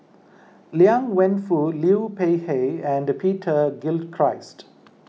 Liang Wenfu Liu Peihe and Peter Gilchrist